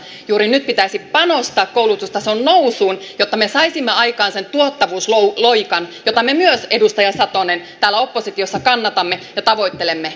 juuri nyt pitäisi panostaa koulutustason nousuun jotta me saisimme aikaan sen tuottavuusloikan jota myös me edustaja satonen täällä oppositiossa kannatamme ja tavoittelemme